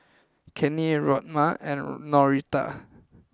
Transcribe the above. Cannie Rhona and Norita